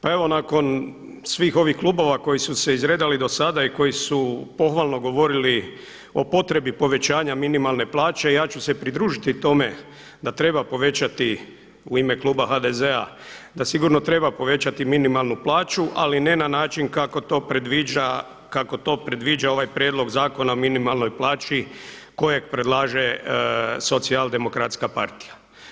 Pa evo nakon svih ovih klubova koji su se izredali do sada i koji su pohvalno govorili o potrebi povećanja minimalne plaće ja ću se pridružiti tome da treba povećati u ime Kluba HDZ-a da sigurno treba povećati minimalnu plaću ali ne na način kako to predviđa ovaj Prijedlog zakona o minimalnoj plaći kojeg predlaže Socijaldemokratska partija.